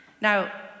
Now